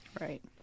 Right